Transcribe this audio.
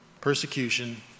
persecution